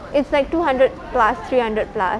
it's like two hundred plus three hundred plus